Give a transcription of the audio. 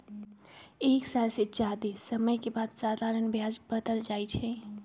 एक साल से जादे समय के बाद साधारण ब्याज बदल जाई छई